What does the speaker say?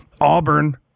Auburn